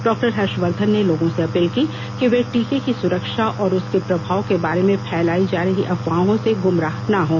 doctor Harshvardhan ने लोगों से अपील की कि वे टीके की सुरक्षा और उसके प्रभाव के बारे में फैलाई जा रही अफवाहों से गुमराह ना हों